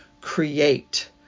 create